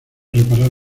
reparar